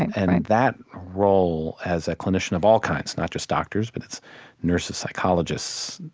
and that role, as a clinician of all kinds, not just doctors, but it's nurses, psychologists,